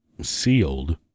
sealed